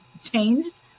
changed